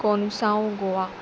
कोनसांव Goa